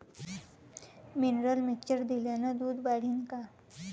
Mineral mixture दिल्यानं दूध वाढीनं का?